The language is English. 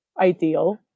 ideal